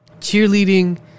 Cheerleading